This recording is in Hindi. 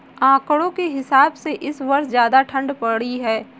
आंकड़ों के हिसाब से इस वर्ष ज्यादा ठण्ड पड़ी है